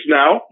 now